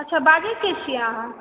अच्छा बाजै के छियै अहाँ